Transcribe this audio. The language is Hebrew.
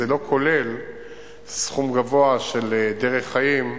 זה לא כולל סכום גבוה של "דרך חיים",